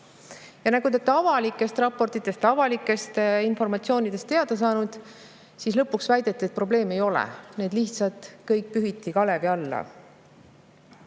te olete avalikest raportitest, avalikust informatsioonist teada saanud, lõpuks väideti, et probleeme ei ole. Need lihtsalt pühiti kõik kalevi alla